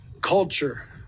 culture